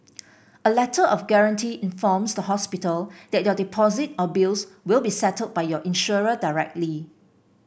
a Letter of Guarantee informs the hospital that your deposit or bills will be settled by your insurer directly